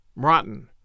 rotten